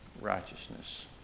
Righteousness